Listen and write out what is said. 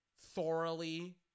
thoroughly